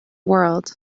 world